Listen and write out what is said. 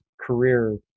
career